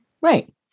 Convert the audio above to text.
Right